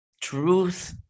truth